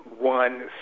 one